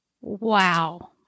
wow